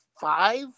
five